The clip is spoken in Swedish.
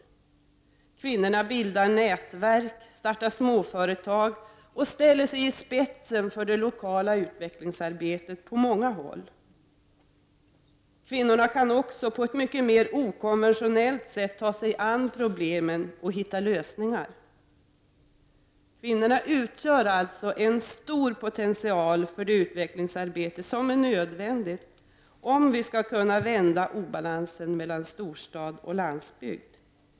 Kvinnor bildar nätverk, startar småföretag och ställer sig i spetsen för det lokala utvecklingsarbetet på många håll. Kvinnor kan också på ett mycket mer okonventionellt sätt ta sig an problemen och hitta lösningar. Kvinnorna utgör alltså en stor potential för det utvecklingsarbete som är nödvändigt, om vi skall kunna vända obalansen mellan storstad och landsbygd.